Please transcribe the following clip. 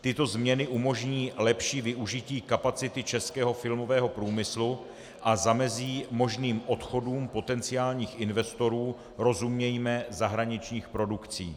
Tyto změny umožní lepší využití kapacity českého filmového průmyslu a zamezí možným odchodům potenciálních investorů, rozumějme zahraničních produkcí.